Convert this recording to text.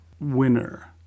winner